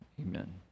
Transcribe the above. Amen